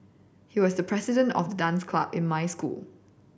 he was the president of the dance club in my school